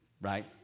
Right